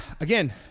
again